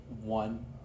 one